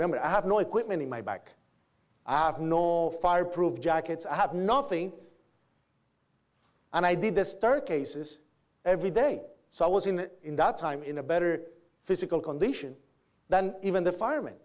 remember i have no equipment in my back i have nor fire proof jackets i have nothing and i did this turkey says every day so i was in in that time in a better physical condition than even the fireman